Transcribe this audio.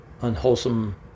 unwholesome